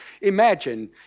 imagine